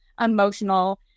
emotional